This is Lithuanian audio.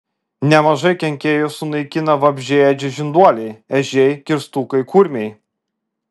nemažai kenkėjų sunaikina vabzdžiaėdžiai žinduoliai ežiai kirstukai kurmiai